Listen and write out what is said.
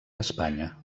espanya